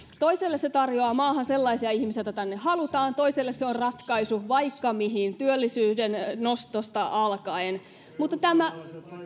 toiselle se tarjoaa maahan sellaisia ihmisiä joita tänne halutaan toiselle se on ratkaisu vaikka mihin työllisyyden nostosta alkaen mutta tämä